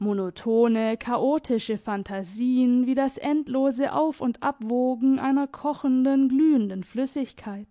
monotone chaotische phantasieen wie das endlose auf und abwogen einer kochenden glühenden flüssigkeit